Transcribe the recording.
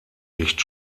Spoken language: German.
nicht